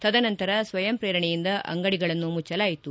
ತದನಂತರ ಸ್ವಯಂಪ್ರೇರಣೆಯಿಂದ ಅಂಗಡಿಗಳನ್ನು ಮುಚ್ಚಲಾಯಿತು